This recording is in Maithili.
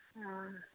हँ